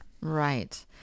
Right